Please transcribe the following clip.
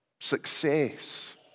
success